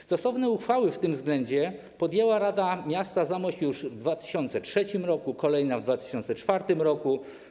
Stosowne uchwały w tym względzie podjęła Rada Miasta Zamość już w 2003 r., a kolejne - w 2004 r.,